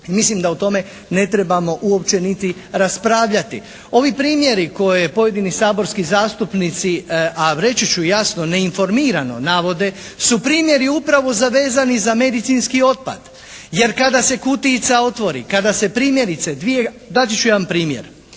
mislim da o tome ne trebamo uopće niti raspravljati. Ovi primjeri koje pojedini saborski zastupnici, a reći ću jasno neinformirano navode su primjeri upravo zavezani za medicinski otpad, jer kada se kutijica otvori, kada se primjerice dvije, dati ću jedan primjer.